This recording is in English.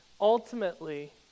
Ultimately